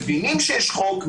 מבינים שיש חוק,